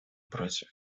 против